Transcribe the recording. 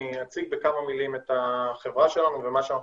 אני אציג בכמה מילים את החברה שלנו ומה שאנחנו